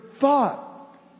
thought